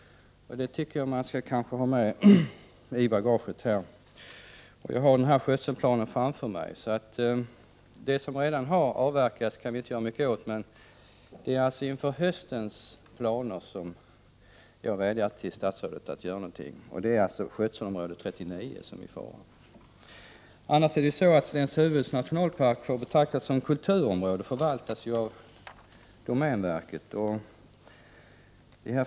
Det skall vi ha med i bagaget här. Det som redan har avverkats kan vi inte göra mycket åt, men det är inför höstens planer som jag vädjar till statsrådet att göra någonting beträffande skötselområde 39. Stenshuvuds nationalpark måste betraktas som kulturområde. Den förvaltas av domänverket.